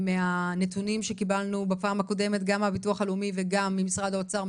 מהנתונים שקיבלנו בפעם הקודמת גם מהביטוח הלאומי וגם ממשרד האוצר,